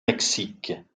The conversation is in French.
mexique